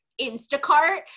Instacart